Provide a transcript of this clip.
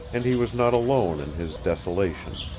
and he was not alone in his desolation.